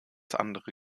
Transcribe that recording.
andere